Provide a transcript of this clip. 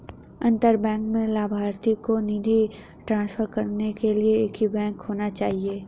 अंतर बैंक में लभार्थी को निधि ट्रांसफर करने के लिए एक ही बैंक होना चाहिए